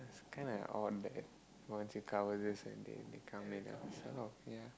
it's kind of odd that once you cover this and they they come in and oh ya